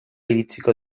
iritsiko